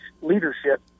leadership